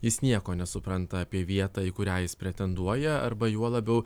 jis nieko nesupranta apie vietą į kurią jis pretenduoja arba juo labiau